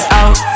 out